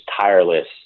tireless